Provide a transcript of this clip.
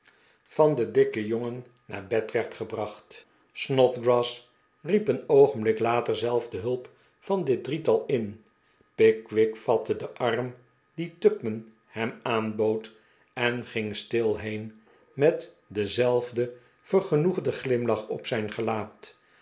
van den dikken jongen naar bed werd gebracht snodgrass riep een oogenblik later zelf de hulp van dit drietal in pickwick vatte den arm dien tupman hem aanbood en ging stil heen met denzelfden vergenoegden glimlach op zijn gelaat